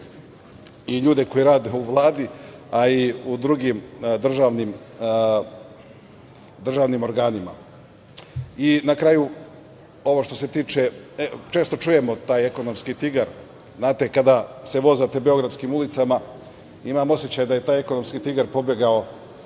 i ljude koji rade u Vladi, a i u drugim državnim organima. Na kraju, ovo što se tiče, često čujemo taj „ekonomski tigar“. Znate, kada se vozite beogradskim ulicama imam osećaj da je taj „ekonomski tigar“ pobegao